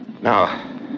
Now